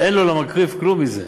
אין לו למקריב כלום מזה.